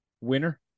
winner